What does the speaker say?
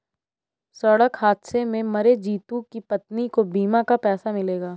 सड़क हादसे में मरे जितू की पत्नी को बीमा का पैसा मिलेगा